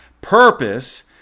Purpose